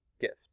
gift